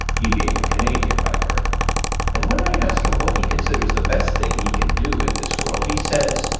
he being a canadian by birth and when i ask him what he considers the best thing he can do in this world, he says,